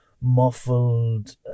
muffled